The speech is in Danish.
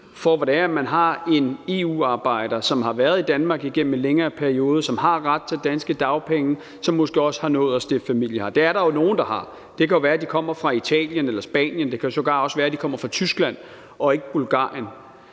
hvor man har en EU-arbejder, som har været i Danmark gennem en længere periode, som har ret til danske dagpenge, og som måske også har nået at stifte familie her. Det er der jo nogen der har. Det kan jo være, de kommer fra Italien eller Spanien, det kan sågar også være, at de kommer fra Tyskland, og ikke Bulgarien.